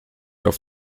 auf